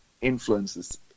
influences